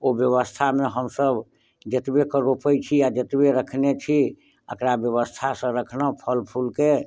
ओ व्यवस्था मे हमसब जेतबे के रोपै छी आ जेतबे रखने छी अकरा व्यवस्था सऽ राखलहुॅं फलफूल के